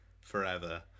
forever